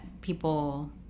people